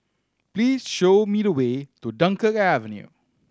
please show me the way to Dunkirk Avenue